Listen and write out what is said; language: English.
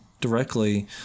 directly